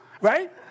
right